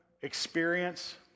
experience